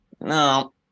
no